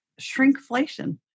shrinkflation